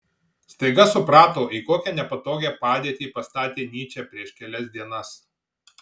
staiga suprato į kokią nepatogią padėtį pastatė nyčę prieš kelias dienas